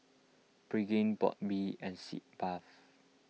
Pregain Burt Bee and Sitz Bath